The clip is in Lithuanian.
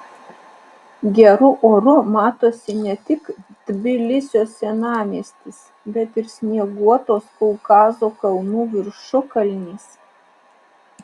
geru oru matosi ne tik tbilisio senamiestis bet ir snieguotos kaukazo kalnų viršukalnės